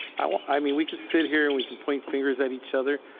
i mean, we could sit here and we could point fingers at each other,